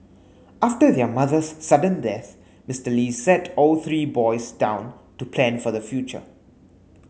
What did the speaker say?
after their mother's sudden death Mister Li sat all three boys down to plan for the future